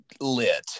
lit